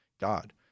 God –